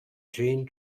gene